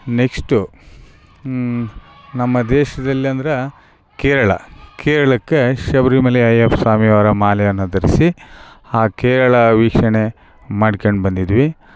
next ನಮ್ಮ ದೇಶದಲ್ಲಿ ಆಂಧ್ರ ಕೇರಳ ಕೇರಳಕ್ಕೆ ಶಬರಿಮಲೆ ಅಯ್ಯಪ್ಪ ಸ್ವಾಮಿ ಅವರ ಮಾಲೆಯನ್ನು ಧರಿಸಿ ಆ ಕೇರಳ ವೀಕ್ಷಣೆ ಮಾಡ್ಕ್ಯಂಡು ಬಂದಿದ್ದೀವಿ